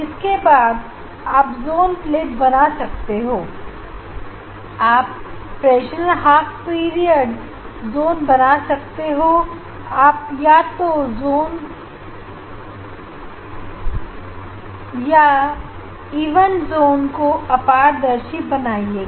जिसके बाद आप जोन प्लेट बना सकते हो आप Fresnel half period zones बना सकते हो अब या तो जोन या even जोन उसे अपारदर्शी बनाएगा